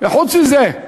וחוץ מזה,